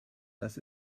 das